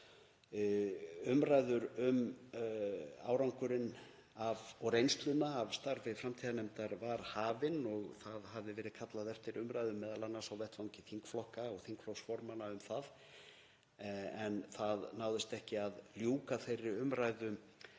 Umræða um árangurinn og reynsluna af starfi framtíðarnefndar var hafin og það hafði verið kallað eftir umræðu m.a. á vettvangi þingflokka og þingflokksformanna um það, en það náðist ekki að ljúka þeirri umræðu